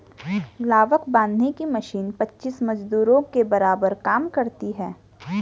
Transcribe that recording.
लावक बांधने की मशीन पच्चीस मजदूरों के बराबर काम करती है